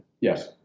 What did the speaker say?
Yes